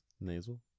Nasal